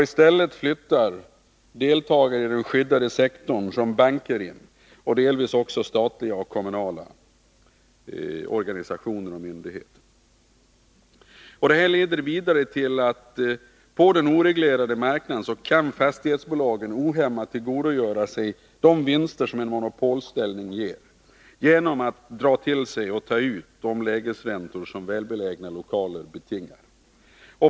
I stället flyttar sådana som tillhör den skyddade sektorn, t.ex. banker, in, liksom också i viss utsträckning statliga och kommunala organisationer och myndigheter. Vidare leder det till att fastighetsbolagen på den oreglerade marknaden ohämmat kan tillgodogöra sig de vinster som en monopolställning ger, exempelvis i form av de lägesräntor som välbelägna lokaler betingar.